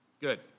good